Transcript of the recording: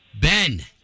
Ben